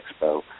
expo